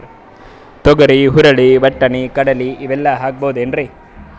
ತೊಗರಿ, ಹುರಳಿ, ವಟ್ಟಣಿ, ಕಡಲಿ ಇವೆಲ್ಲಾ ಹಾಕಬಹುದೇನ್ರಿ?